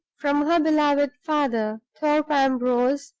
from her beloved father. thorpe ambrose,